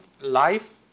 life